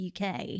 UK